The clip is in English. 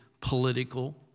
political